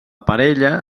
parella